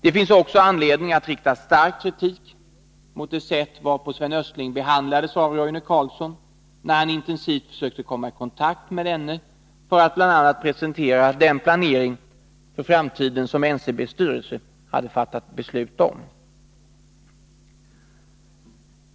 Det finns också anledning att rikta stark kritik mot det sätt varpå Sven Östling behandlades av Roine Carlsson när han intensivt försökte komma i kontakt med denne för att bl.a. presentera den planering för framtiden som NCB:s styrelse fattat beslut om.